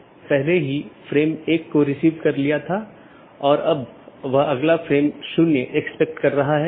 वोह AS जो कि पारगमन ट्रैफिक के प्रकारों पर नीति प्रतिबंध लगाता है पारगमन ट्रैफिक को जाने देता है